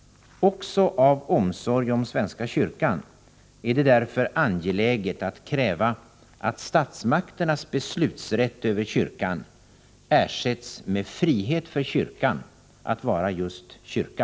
Också av omsorg om svenska kyrkan är det därför angeläget att kräva att statsmakternas beslutsrätt över kyrkan ersätts med frihet för kyrkan att vara just kyrka.